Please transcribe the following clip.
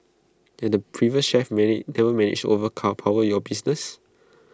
and the previous chef many never managed to overpower your business